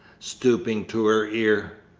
stooping to her ear.